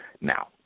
Now